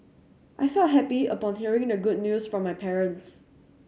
I felt happy upon hearing the good news from my parents